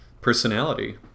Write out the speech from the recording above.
personality